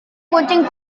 kucing